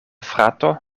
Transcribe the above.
frato